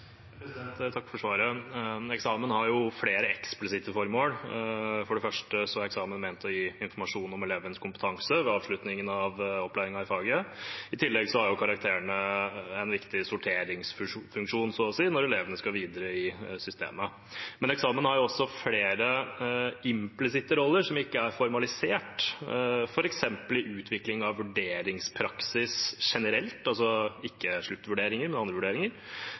Takk for svaret. Eksamen har flere eksplisitte formål. For det første er eksamen ment å gi informasjon om elevenes kompetanse ved avslutningen av opplæringen i faget. I tillegg har karakterene en viktig sorteringsfunksjon, så å si, når elevene skal videre i systemet. Men eksamen har også flere implisitte roller som ikke er formalisert, f.eks. i utvikling av vurderingspraksis generelt – altså ikke sluttvurderinger, men andre vurderinger